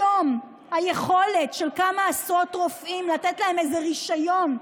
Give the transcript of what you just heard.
היום היכולת של כמה עשרות רופאים לתת להם איזה רישיון,